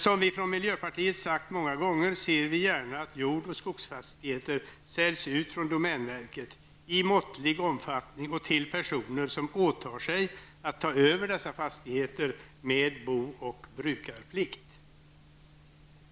Som vi från miljöpartiet sagt många gånger ser vi gärna att jord och skogsfastigheter säljs ut från domänverket i måttlig omfattning och till personer som åtar sig att ta över dessa fastigheter med booch brukarplikt.